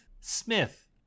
Smith